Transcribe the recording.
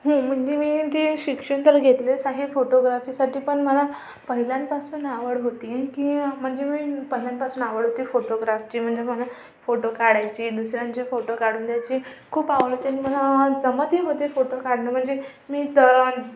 म्हणजे मी म्हणजे शिक्षण तर घेतलंच आहे फोटोग्राफीसाठी पण मला पहिल्यापासून आवड होती की म्हणजे मी पहिल्यापासून आवड होती फोटोग्राफची म्हणजे मला फोटो काढायची दुसऱ्यांचे फोटो काढून द्यायची खूप आवडते आणि मला जमतही होते फोटो काढणं म्हणजे मी तर